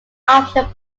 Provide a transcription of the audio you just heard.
option